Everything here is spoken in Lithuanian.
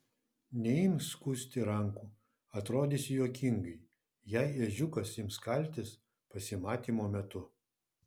neimk skusti rankų atrodysi juokingai jei ežiukas ims kaltis pasimatymo metu